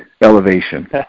elevation